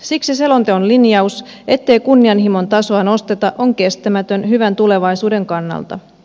siksi selonteon linjaus ettei kunnianhimon tasoa nosteta on kestämätön hyvän tulevaisuuden kannalta